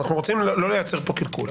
אנחנו רוצים לא לייצר פה קלקול.